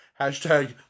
Hashtag